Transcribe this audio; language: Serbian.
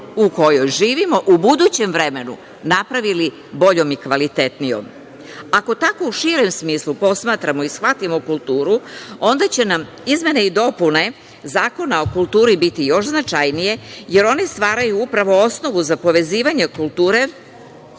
u kojoj živimo u budućem vremenu napravili boljom i kvalitetnijom. Ako tako u širem smislu posmatramo i shvatimo kulturu, onda će nam izmene i dopune Zakona o kulturu biti još značajnije jer one one stvaraju upravo osnovu za povezivanje kulture